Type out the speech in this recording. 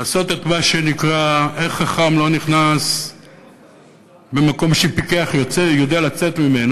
לעשות את מה שנקרא איך חכם לא נכנס למקום שפיקח יודע לצאת ממנו.